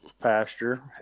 pasture